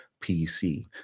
pc